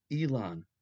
Elon